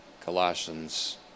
Colossians